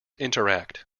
interact